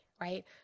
right